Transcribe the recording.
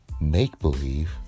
Make-believe